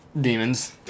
Demons